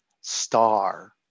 star